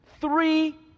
Three